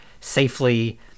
safely